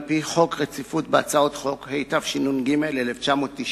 על-פי חוק רציפות הדיון בהצעות חוק,